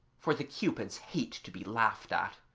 for the cupids hate to be laughed at.